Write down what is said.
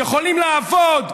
יכולים לעבוד,